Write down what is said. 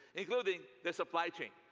including the supply chain.